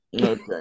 okay